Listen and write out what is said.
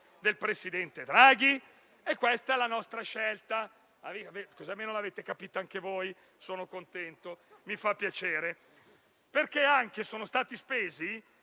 del presidente Draghi? Questa è la nostra scelta. Così almeno l'avete capito anche voi: ne sono contento e mi fa piacere. Inoltre, sono stati spesi